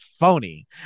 phony